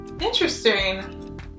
Interesting